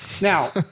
Now